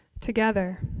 Together